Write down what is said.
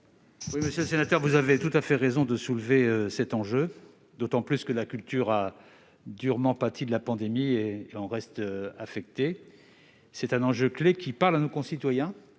Monsieur le sénateur, vous avez tout à fait raison de soulever cet enjeu, d'autant plus que la culture a durement pâti de la pandémie et qu'elle en reste affectée. C'est un enjeu clé qui parle à nos concitoyens.